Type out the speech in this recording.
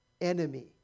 enemy